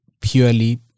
purely